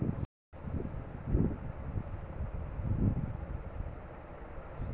repayment సేసేటప్పుడు online లో payment సేయాలా లేదా ఆఫ్లైన్ లో సేయాలా